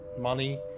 money